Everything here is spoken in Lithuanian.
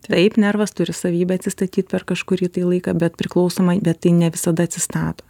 taip nervas turi savybę atsistatyt per kažkurį tai laiką bet priklausomai bet tai ne visada atsistato